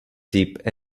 deep